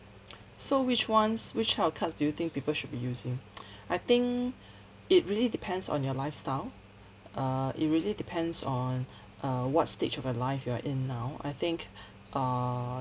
so which ones which type of cards do you think people should be using I think it really depends on your lifestyle err it really depends on uh what stage of your life you're in now I think err